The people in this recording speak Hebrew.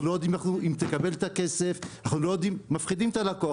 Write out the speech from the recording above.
לא יודעים אם תקבל את הכסף - מפחידים את הלקוח.